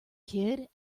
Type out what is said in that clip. kid